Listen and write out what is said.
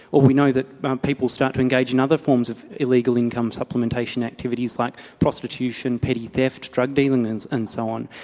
or we know that people start to engage in other forms of illegal income supplementation activities, like prostitution, petty theft, drug dealing and and so on.